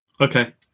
Okay